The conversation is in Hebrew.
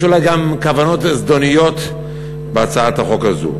יש אולי גם כוונות זדוניות בהצעת החוק הזאת.